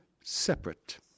separate